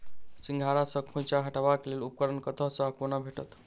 सिंघाड़ा सऽ खोइंचा हटेबाक लेल उपकरण कतह सऽ आ कोना भेटत?